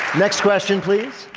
next question, please